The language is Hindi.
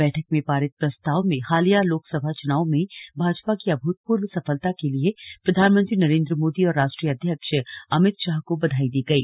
बैठक में पारित प्रस्ताव में हालिया लोकसभा चुनाव में भाजपा की अभूतपूर्व सफलता के लिए प्रधानमंत्री नरेंद्र मोदी और राश्ट्रीय अध्यक्ष अभित षाह को बधाई दी गई